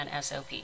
SOP